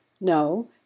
no